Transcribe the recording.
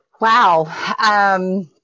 Wow